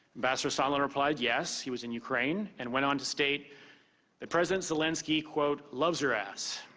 ambassador sondland replied, yes, he was in ukraine, and went on to state that president zelensky loves your ass.